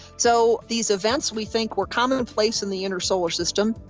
so these events we think were commonplace in the inner solar system,